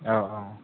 औ औ